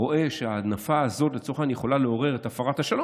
רואה שהנפת הזאת לצורך העניין יכולה לעורר את הפרת השלום,